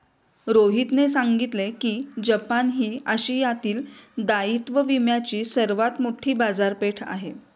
रोहितने सांगितले की जपान ही आशियातील दायित्व विम्याची सर्वात मोठी बाजारपेठ आहे